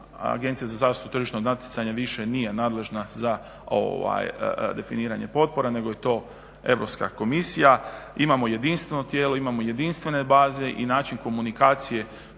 uniji gdje znamo da AZTN više nije nadležna za definiranje potpora nego je to Europska komisija. Imamo jedinstveno tijelo, imamo jedinstvene baze i način komunikacije